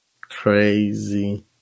Crazy